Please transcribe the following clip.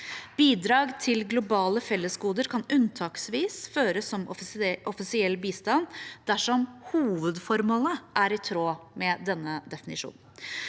Bidrag til globale fellesgoder kan unntaksvis føres som offisiell bistand dersom hovedformålet er i tråd med denne definisjonen.